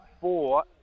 four